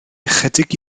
ychydig